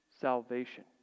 salvation